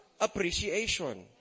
appreciation